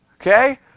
Okay